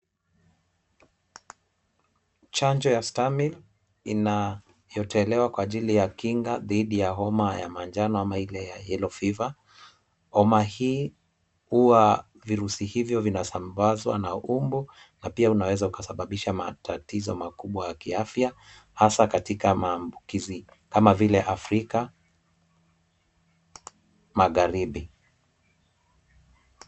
Chanjo ya stamil inayotolewa kwa ajili ya kinga dhidi ya homa ya manjano ama ile ya yellow fever . Homa hii huwa virusi hivyo vinasambazwa na umbu, na pia unaweza ukasababisha matatizo makubwa ya kiafya. Hasa katika maambukizi kama vile Afrika Magharibi.